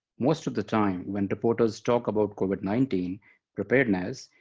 most of the time when reporters talk about covid nineteen preparedness,